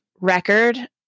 record